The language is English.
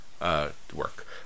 Work